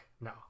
No